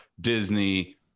Disney